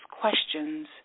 questions